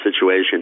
situation